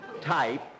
type